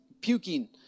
puking